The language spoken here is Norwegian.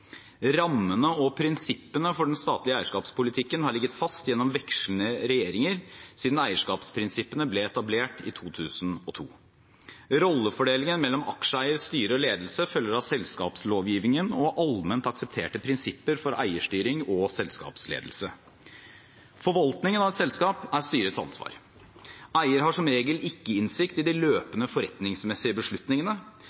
Rammene og prinsippene for den statlige eierskapspolitikken har ligget fast gjennom vekslende regjeringer siden eierskapsprinsippene ble etablert i 2002. Rollefordelingen mellom aksjeeier, styre og ledelse følger av selskapslovgivningen og allment aksepterte prinsipper for eierstyring og selskapsledelse. Forvaltningen av et selskap er styrets ansvar. Eier har som regel ikke innsikt i de